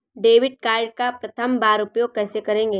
Debit card का प्रथम बार उपयोग कैसे करेंगे?